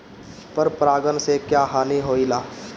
पर परागण से क्या हानि होईला?